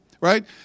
right